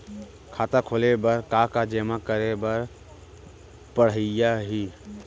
खाता खोले बर का का जेमा करे बर पढ़इया ही?